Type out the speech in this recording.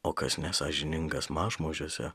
o kas nesąžiningas mažmožiuose